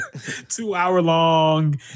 two-hour-long